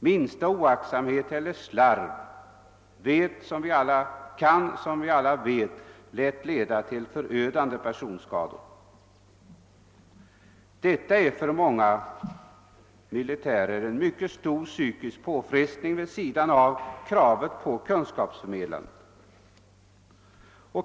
Minsta oaktsamhet eller slarv kan, som vi aila vet, lätt leda till förödande personskador. Detta innebär för många befäl en stor psykisk påfrestning vid sidan om kunskapsförmedlandet.